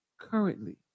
currently